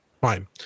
Fine